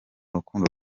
rukundo